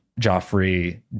Joffrey